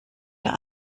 der